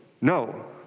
no